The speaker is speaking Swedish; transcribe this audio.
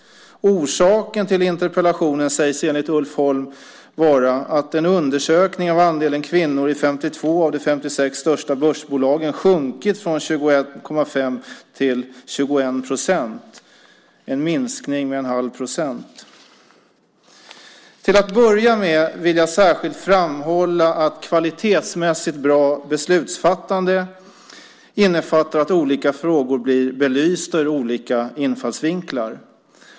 Orsaken till interpellationen sägs enligt Ulf Holm vara att en undersökning av andelen kvinnor i 52 av de 56 största börsbolagen sjunkit från 21,5 till 21 procent, alltså en minskning med en halv procent. Jag vill särskilt framhålla att kvalitetsmässigt bra beslutsfattande innefattar att olika frågor blir belysta ur olika infallsvinklar.